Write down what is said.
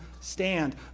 stand